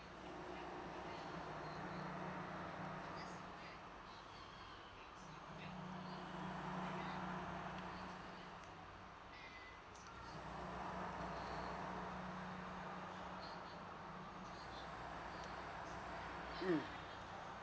mm